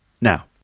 now